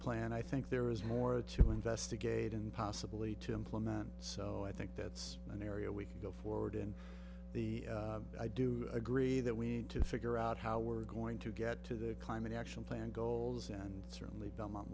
plan i think there is more of to investigate and possibly to implement so i think that's an area we can go forward in the i do agree that we need to figure out how we're going to get to the climate action plan goals and certainly belmont